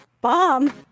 bomb